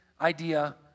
idea